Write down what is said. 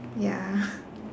ya